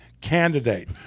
candidate